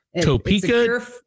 Topeka